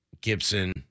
Gibson